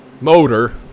motor